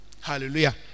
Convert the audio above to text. Hallelujah